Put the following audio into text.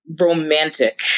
romantic